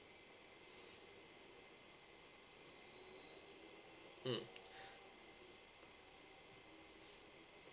mm